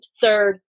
Third